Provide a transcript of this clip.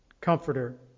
comforter